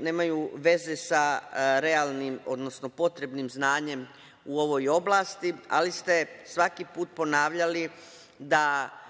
nemaju veze sa realnim, odnosno potrebnim znanjem u ovoj oblasti, ali ste svaki put ponavljali da,